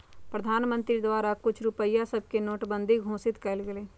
प्रधानमंत्री द्वारा कुछ रुपइया सभके नोटबन्दि घोषित कएल गेलइ